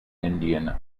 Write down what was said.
indian